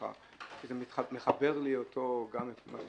וזה קצת מחבר לי לפה את הדברים.